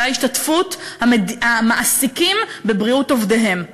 שהיה השתתפות המעסיקים בבריאות עובדיהם.